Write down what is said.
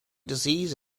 disease